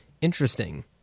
Interesting